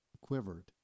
quivered